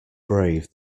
brave